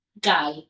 guy